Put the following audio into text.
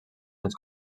els